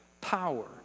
power